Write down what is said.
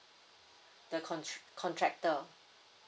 the con~ contractor